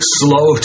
slow